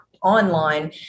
online